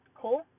Cool